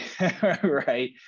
right